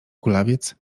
kulawiec